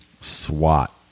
Swat